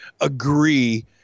agree